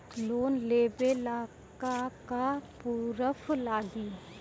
Loan लेबे ला का का पुरुफ लागि?